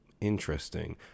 Interesting